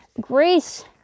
Grace